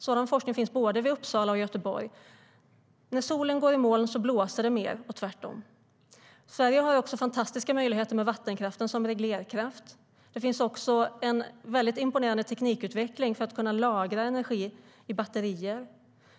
Sådan forskning finns både i Uppsala och i Göteborg.När solen går i moln blåser det mer och tvärtom. Sverige har också fantastiska möjligheter med vattenkraften som reglerkraft. Det finns även en imponerande teknikutveckling för att man ska kunna lagra energi i batterier.